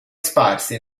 sparsi